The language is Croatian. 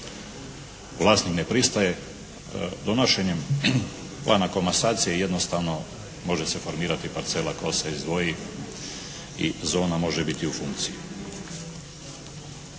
Vlasnik ne pristaje. Donošenjem plana komasacije jednostavno može se formirati parcela koja se izdvoji i zona može biti u funkciji.